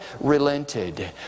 relented